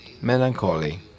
melancholy